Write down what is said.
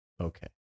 Okay